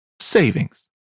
savings